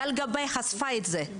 גל גבאי חשפה את זה,